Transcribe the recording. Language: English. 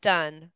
Done